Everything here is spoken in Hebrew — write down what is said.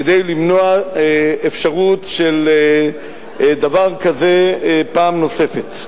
כדי למנוע אפשרות של דבר כזה פעם נוספת.